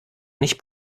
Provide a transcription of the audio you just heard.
nicht